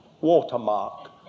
watermark